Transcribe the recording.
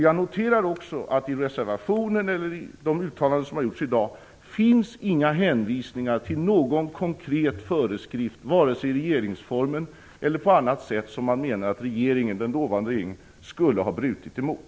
Jag noterar också att i reservationen och i de uttalanden som har gjorts i dag finns inga hänvisningar till någon konkret föreskrift, vare sig i regeringsformen eller på annat sätt, som man menar att den dåvarande regeringen skulle ha brutit mot.